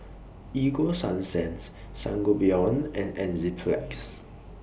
Ego Sunsense Sangobion and Enzyplex